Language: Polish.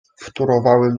wtórowały